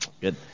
Good